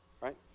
right